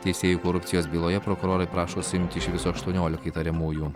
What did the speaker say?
teisėjų korupcijos byloje prokurorai prašo suimti iš viso aštuoniolika įtariamųjų